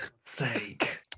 Sake